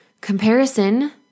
Comparison